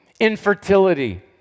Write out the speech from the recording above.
infertility